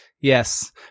Yes